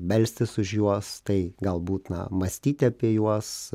melstis už juos tai gal būtina mąstyti apie juos